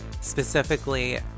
specifically